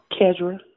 Kedra